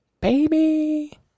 baby